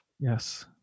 Yes